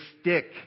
stick